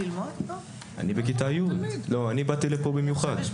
אני באתי לפה במיוחד כדי לתמוך